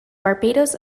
barbados